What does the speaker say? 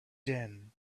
din